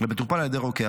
למטופל על ידי רוקח.